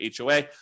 HOA